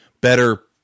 better